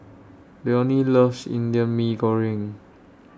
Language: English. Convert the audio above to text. Leonie loves Indian Mee Goreng